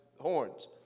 horns